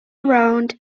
around